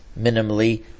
minimally